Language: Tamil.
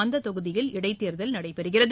அந்தத் தொகுதியில் இடைத்தேர்தல் நடைபெறுகிறது